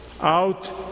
out